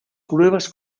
pruebas